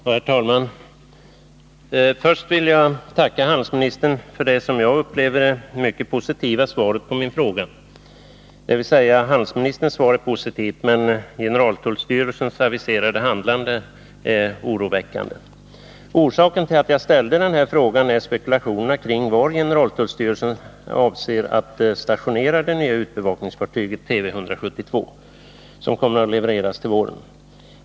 Herr talman! Först vill jag tacka handelsministern för det, som jag upplever det, mycket positiva svaret på min fråga — dvs. handelsministerns svar är positivt, men generaltullstyrelsens aviserade handlande är oroväckande. Orsaken till att jag ställde den här frågan är spekulationerna kring var generaltullstyrelsen avser att stationera det nya utsjöbevakningsfartyget Tv 172, som kommer att levereras till våren.